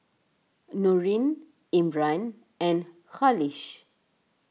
Nurin Imran and Khalish